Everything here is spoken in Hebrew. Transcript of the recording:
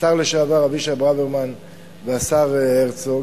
של השר לשעבר אבישי ברוורמן והשר הרצוג.